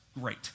Great